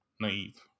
naive